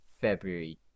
February